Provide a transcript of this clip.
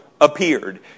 appeared